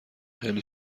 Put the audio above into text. خیلی